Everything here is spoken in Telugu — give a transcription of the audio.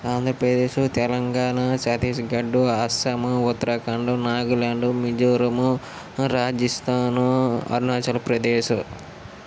ఆంధ్రప్రదేశ్ తెలంగాణా ఛత్తీస్గడ్ అస్సాం ఉత్తరాఖండ్ నాగాలాండ్ మిజోరాం రాజస్థాను అరుణాచల్ప్రదేశ్